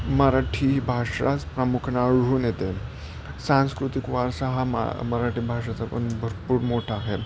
मराठी भाषाच प्रामुख्याने आढळून येते सांस्कृतिक वारसा हा मा मराठी भाषेचा पण भरपूर मोठा आहे